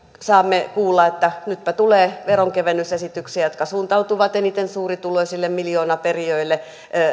saamme kuulla että nytpä tulee veronkevennysesityksiä jotka suuntautuvat eniten suurituloisille miljoonaperijöille